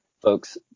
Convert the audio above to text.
folks